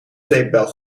zeepbel